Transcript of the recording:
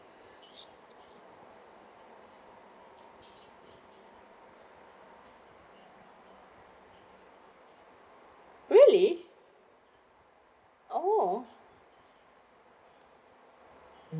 really oh